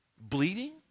bleeding